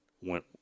went